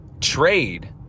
trade